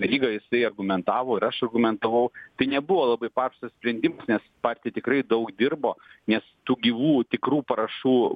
veryga jisai argumentavo ir aš argumentavau tai nebuvo labai paprastas sprendimas nes partija tikrai daug dirbo nes tų gyvų tikrų parašų